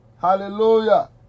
Hallelujah